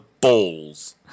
balls